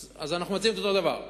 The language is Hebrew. אז אנחנו מציעים את אותו דבר.